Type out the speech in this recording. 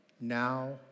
now